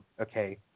okay